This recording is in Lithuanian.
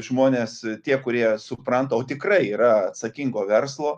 žmonės tie kurie supranta o tikrai yra atsakingo verslo